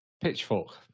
Pitchfork